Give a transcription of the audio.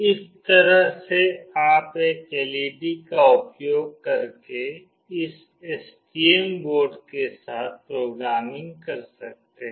इस तरह से आप एक एलईडी का उपयोग करके इस एसटीएम बोर्ड के साथ प्रोग्रामिंग कर सकते हैं